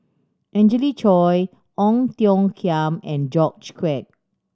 Angelina Choy Ong Tiong Khiam and George Quek